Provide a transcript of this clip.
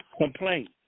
complaint